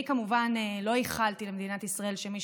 אני כמובן לא איחלתי למדינת ישראל שמי